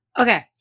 Okay